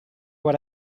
what